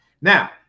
Now